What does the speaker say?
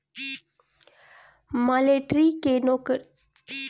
military के नोकरी में जान के बहुते खतरा रहत बाटे